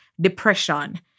depression